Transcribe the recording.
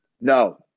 no